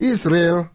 Israel